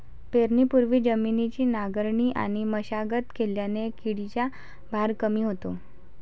पेरणीपूर्वी जमिनीची नांगरणी आणि मशागत केल्याने किडीचा भार कमी होतो